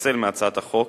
לפצל מהצעת החוק